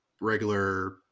regular